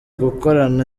gukorana